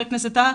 חבר הכנסת טאהא,